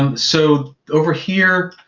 um so over here,